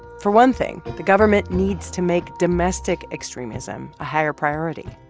for one thing, the government needs to make domestic extremism a higher priority.